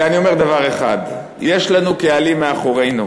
ואני אומר דבר אחד: יש לנו קהלים מאחורינו.